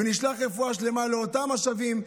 ונשלח רפואה שלמה לאותם השבים,